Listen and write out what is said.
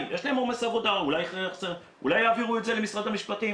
אם יש להם עומס עבודה אולי שיעבירו את זה למשרד המשפטים,